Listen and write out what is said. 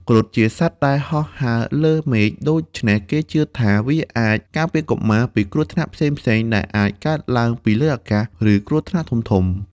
គ្រុឌជាសត្វដែលហោះហើរលើមេឃ ដូច្នេះគេជឿថាវាអាចការពារកុមារពីគ្រោះថ្នាក់ផ្សេងៗដែលអាចកើតឡើងពីលើអាកាស ឬគ្រោះថ្នាក់ធំៗ។